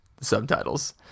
subtitles